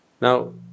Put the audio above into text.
Now